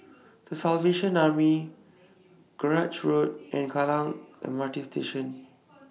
The Salvation Army Grange Road and Kallang M R T Station